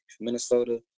Minnesota